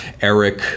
Eric